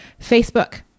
Facebook